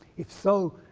if so,